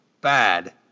bad